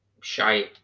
shite